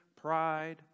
pride